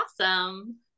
awesome